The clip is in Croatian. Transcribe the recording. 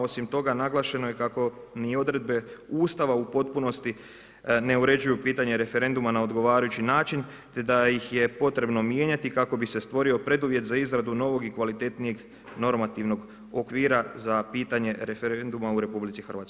Osim toga, naglašeno je kako ni odredbe Ustava u potpunosti ne uređuju pitanja referenduma na odgovarajući način te da ih je potrebno mijenjati kako bi se stvorio preduvjet za izradu novog i kvalitetnijeg normativnog okvira za pitanje referenduma u Republici Hrvatskoj.